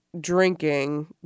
drinking